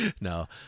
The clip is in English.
No